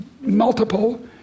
multiple